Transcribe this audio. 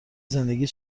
زندگی